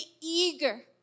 eager